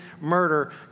murder